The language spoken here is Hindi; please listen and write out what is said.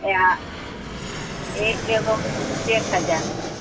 या ए एगो एक हज़ार का